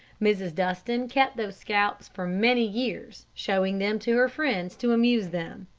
mrs. dustin kept those scalps for many years, showing them to her friends to amuse them.